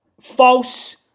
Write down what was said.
false